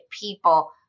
people